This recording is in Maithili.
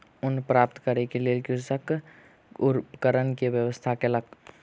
ऊन प्राप्त करै के लेल कृषक उपकरण के व्यवस्था कयलक